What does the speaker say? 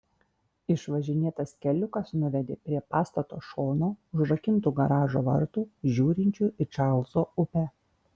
išvažinėtas keliukas nuvedė prie pastato šono užrakintų garažo vartų žiūrinčių į čarlzo upę